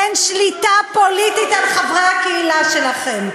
כן, שליטה פוליטית על חברי הקהילה שלכם.